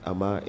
Ama